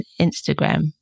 Instagram